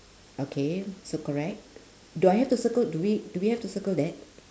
okay so correct do I have to circle do we do we have to circle that